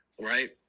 right